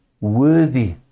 worthy